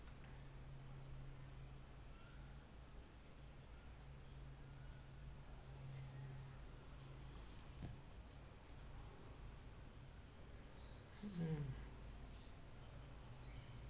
mm